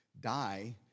die